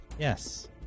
Yes